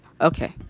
Okay